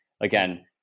Again